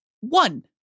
one